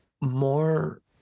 more